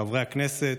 חברי הכנסת,